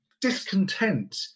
discontent